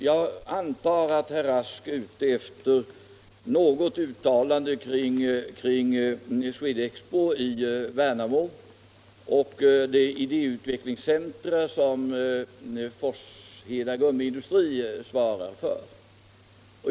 Jag antar att herr Rask är ute efter något uttalande kring Swed-Expo i Värnamo och det idéutvecklingscenter som Forsheda Gummifabrik svarar för.